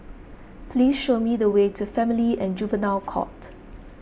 please show me the way to Family and Juvenile Court